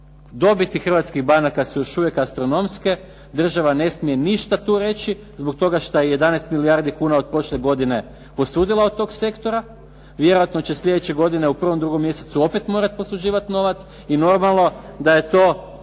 Dobiti hrvatskih banaka su još uvijek astronomske, država tu ne smije ništa reći, zbog toga što je 11 milijardi kuna od prošle godine posudila od toga sektora. Vjerojatno će sljedeće godine u prvom, drugom mjesecu opet morati posuđivati novac i normalno da je to politika